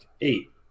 Eight